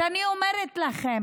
אז אני אומרת לכם,